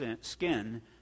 skin